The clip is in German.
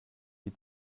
die